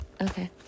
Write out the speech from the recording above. okay